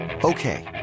Okay